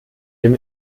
dem